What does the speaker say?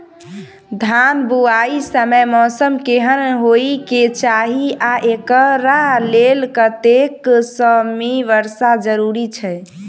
धान बुआई समय मौसम केहन होइ केँ चाहि आ एकरा लेल कतेक सँ मी वर्षा जरूरी छै?